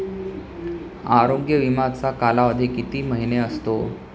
आरोग्य विमाचा कालावधी किती महिने असतो?